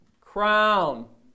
crown